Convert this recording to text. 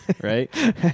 Right